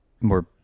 more